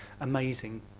amazing